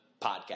podcast